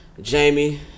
Jamie